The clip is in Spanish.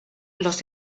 los